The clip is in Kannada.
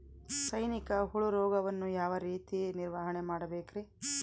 ಸೈನಿಕ ಹುಳು ರೋಗವನ್ನು ಯಾವ ರೇತಿ ನಿರ್ವಹಣೆ ಮಾಡಬೇಕ್ರಿ?